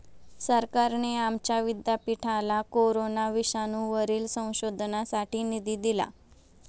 सरकारने आमच्या विद्यापीठाला कोरोना विषाणूवरील संशोधनासाठी निधी दिला आहे